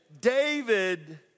David